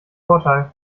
vorteil